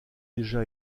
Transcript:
déjà